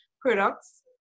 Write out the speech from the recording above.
products